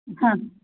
हां